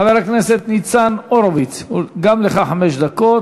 חבר הכנסת ניצן הורוביץ, גם לך חמש דקות,